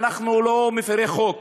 אנחנו לא מפרי חוק